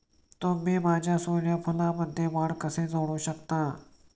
तुम्ही माझ्या सूर्यफूलमध्ये वाढ कसे जोडू शकता?